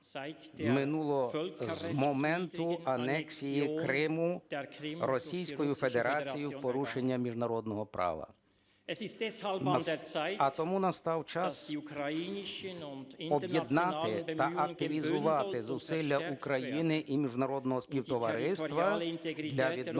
минуло з моменту анексії Криму Російською Федерацією в порушення міжнародного права, а тому настав час об'єднати та активізувати зусилля України і міжнародного співтовариства для відновлення